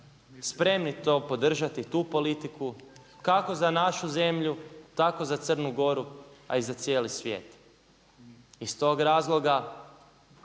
spremni to podržati, tu politiku kako za našu zemlju tako za Crnu Goru, a i za cijeli svijet. Iz tog razloga